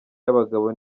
y’abagabo